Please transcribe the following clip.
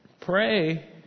pray